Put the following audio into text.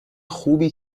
خوبی